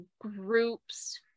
groups